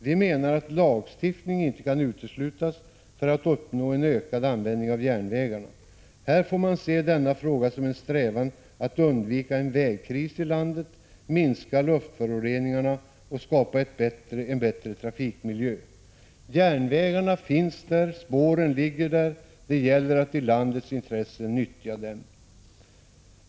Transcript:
Vi menar att lagstiftning inte kan uteslutas för att uppnå en ökad användning av järnvägarna. Här får man se denna fråga som en strävan att undvika en vägkris i landet, minska luftföroreningarna och skapa en bättre trafikmiljö. Järnvägen finns där — det gäller att i landets intresse nyttja den.